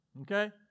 Okay